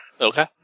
Okay